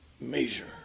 measure